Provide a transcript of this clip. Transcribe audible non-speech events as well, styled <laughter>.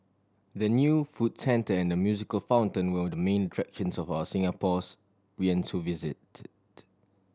the new food centre and the musical fountain will the main <unintelligible> for of Singapore's we and so visited